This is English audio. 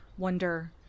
wonder